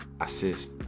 assist